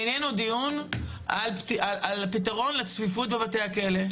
איננו דיון על הפתרון לצפיפות בבתי הכלא.